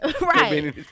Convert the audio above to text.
Right